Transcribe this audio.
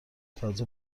تازه